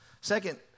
Second